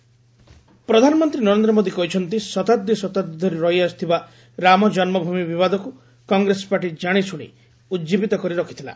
PM Dhanbad ପ୍ରଧାନମନ୍ତ୍ରୀ ନରେନ୍ଦ୍ର ମୋଦୀ କହିଛନ୍ତି ଶତାବ୍ଦୀ ଶତାବ୍ଦୀ ଧରି ରହିଆସିଥିବା ରାମ ଜନ୍ମଭୂମି ବିବାଦକୁ କଂଗ୍ରେସ ପାର୍ଟି ଜାଶିଶୁଣି ଉଜିବିତ କରି ରଖିଥିଲା